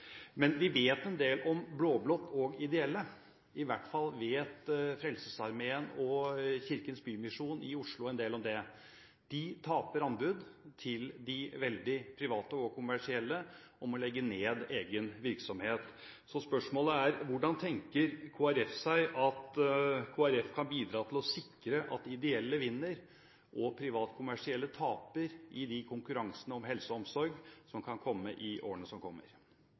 men vi vet en del om blå-blått og ideelle, i hvert fall vet Frelsesarmeen og Kirkens Bymisjon i Oslo en del om det. De taper anbud til de veldig private og kommersielle og må legge ned egen virksomhet. Spørsmålet er: Hvordan tenker Kristelig Folkeparti seg at Kristelig Folkeparti kan bidra til å sikre at ideelle vinner og private kommersielle taper i de konkurransene om helse og omsorg som kan komme i årene som kommer?